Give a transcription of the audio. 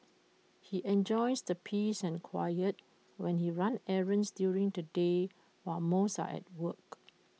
he enjoys the peace and quiet when he runs errands during the day while most are at work